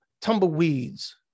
tumbleweeds